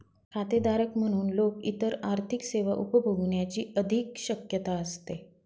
खातेधारक म्हणून लोक इतर आर्थिक सेवा उपभोगण्याची अधिक शक्यता असते